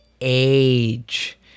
age